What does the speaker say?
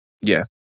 Yes